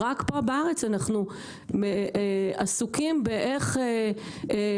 רק פה בארץ אנחנו עסוקים באיך להגדיל